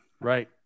Right